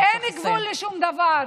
ואין גבול לשום דבר.